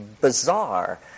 bizarre